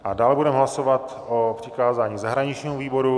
A dále budeme hlasovat o přikázání zahraničnímu výboru.